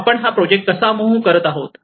आपण हा प्रोजेक्ट कसा मूव्ह करत आहोत